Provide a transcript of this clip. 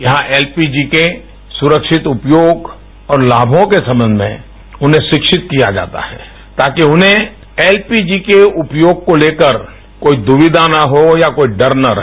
यहां एलपीजी के सुरक्षित उपयोग और लाभों के संबंध में है उन्हें शिक्षित किया जाता है ताकि उन्हें एलपीजी के उपयोग को लेकर कोई दुविधा न हो या कोई डर न रहे